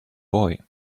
boy